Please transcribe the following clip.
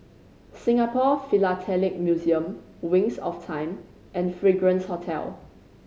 Singapore Philatelic Museum Wings of Time and Fragrance Hotel